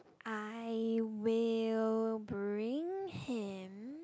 I will bring him